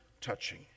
touching